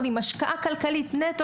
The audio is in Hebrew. השקעה כלכלית נטו,